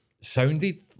sounded